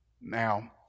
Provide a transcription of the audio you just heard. Now